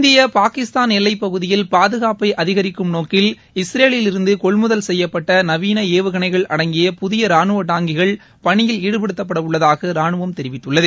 இந்திய பாகிஸ்தான் எல்லைப்பகுதியில் பாதுகாப்பை அதிகரிக்கும் நோக்கில் இஸ்ரேலிலிருந்து கொள்முதல் செய்யப்பட்ட நவீன ஏவுகனைகள் அடங்கிய புதிய ரானுவ டாங்கிகள் பணியில் ஈடுபடுத்தப்பட்டுள்ளதாக ராணுவம் தெரிவித்துள்ளது